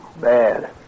Bad